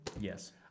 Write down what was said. Yes